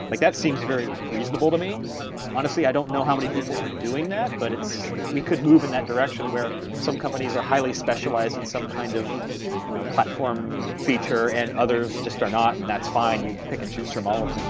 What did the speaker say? like that seems very reasonable to me honestly, i don't know how many people are doing that but we could move in that direction where some companies are highly specialized and some kind of you know platform feature and others just are not and that's fine. you pick and choose from all of